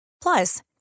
Plus